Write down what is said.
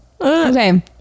okay